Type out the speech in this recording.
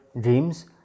dreams